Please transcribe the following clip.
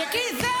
זה שקר.